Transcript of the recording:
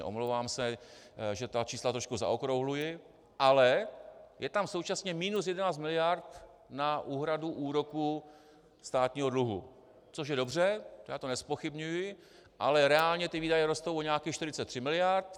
Omlouvám se, že ta čísla trošku zaokrouhluji, ale je tam současně minus 11 mld. na úhradu úroků státního dluhu, což je dobře, já to nezpochybňuji, ale reálně výdaje rostou o nějakých 43 mld.